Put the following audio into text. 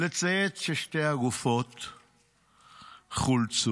לצייץ ששתי הגופות חולצו.